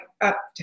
up